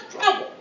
trouble